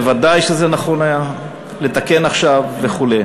בוודאי שנכון היה לתקן עכשיו וכו'.